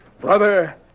Brother